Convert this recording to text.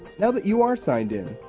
now that you are signed in,